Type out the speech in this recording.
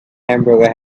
hamburger